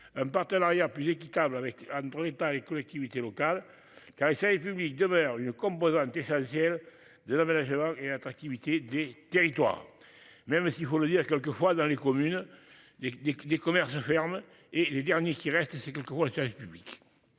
un partenariat plus équitable avec entre l'État et les collectivités locales car public demeure une composante essentielle de l'aménagement et l'attractivité des territoires. Même s'il faut le dire, quelques fois dans les communes des des des commerces fermés et les derniers qui reste c'est quelquefois service public.